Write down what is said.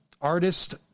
artist